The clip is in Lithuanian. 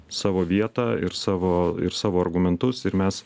savo vietą ir savo ir savo argumentus ir mes